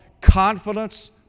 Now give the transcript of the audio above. confidence